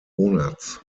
monats